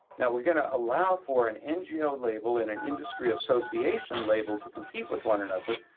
now, we're going to allow for an ngo label and an industry association label to compete with one another,